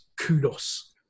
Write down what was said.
kudos